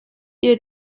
ihr